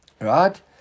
right